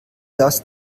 das